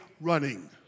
running